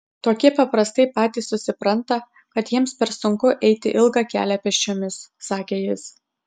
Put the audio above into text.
tokie paprastai patys susipranta kad jiems per sunku eiti ilgą kelią pėsčiomis sakė jis